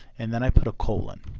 and then i put a colon.